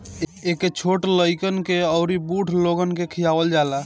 एके छोट लइकन के अउरी बूढ़ लोगन के खियावल जाला